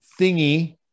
thingy